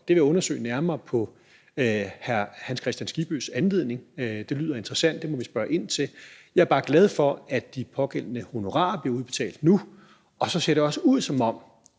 det vil jeg på hr. Hans Kristian Skibbys foranledning undersøge nærmere. Det lyder interessant, og det må vi spørge ind til. Jeg er bare glad for, at de pågældende honorarer bliver udbetalt nu, og så ser det også ud, som om